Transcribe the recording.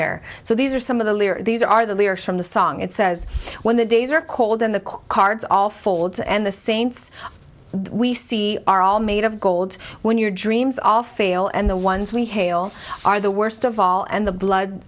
there so these are some of the these are the lyrics from the song it says when the days are cold and the cards all folds and the saints we see are all made of gold when your dreams all fail and the ones we hail are the worst of all and the blood